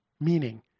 Meaning